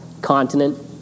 continent